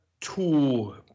tool